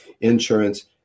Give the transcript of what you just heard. insurance